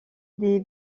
des